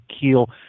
keel